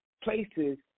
places